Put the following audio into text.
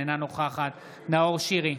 אינה נוכחת נאור שירי,